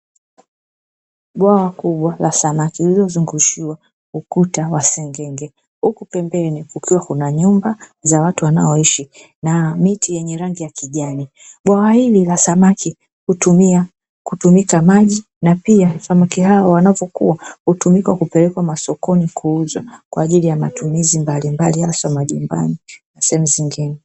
Bwawa kubwa la samaki, lililozungushiwa ukuta wa sengenge, huku pembeni kukiwa kuna nyumba za watu wanaoishi na miti yenye rangi ya kijani. Bwawa hili la samaki hutumia maji na pia samaki hao wanavyokua hutumika kupelekwa masokoni kuuzwa kwa ajili ya matumizi mbalimbali, hasa majumbani na sehemu zingine.